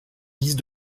guise